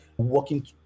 working